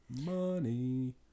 Money